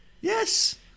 Yes